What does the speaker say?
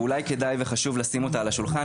ואולי כדאי וחשוב לשים אותה על השולחן.